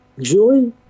Joy